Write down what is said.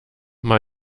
mal